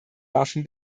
waffen